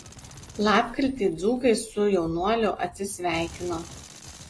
lapkritį dzūkai su jaunuoliu atsisveikino